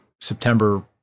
September